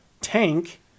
tank